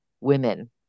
women